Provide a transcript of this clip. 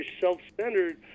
self-centered